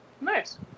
nice